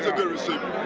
ah good receiver.